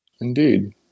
indeed